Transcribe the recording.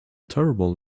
terrible